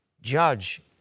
judge